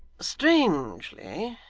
strangely,